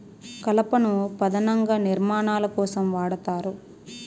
కలపను పధానంగా నిర్మాణాల కోసం వాడతారు